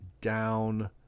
down